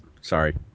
Sorry